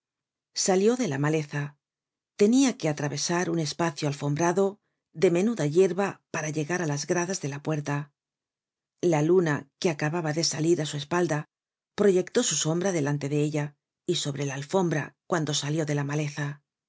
salió de la maleza tenia que atravesar un espacio alfombrado de menuda yerba para llegar á las gradas de la puerta la luna que acababa de salir á su espalda proyectó su sombra delante de ella y sobre la alfombra cuando salió de la maleza